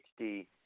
HD